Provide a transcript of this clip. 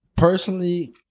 Personally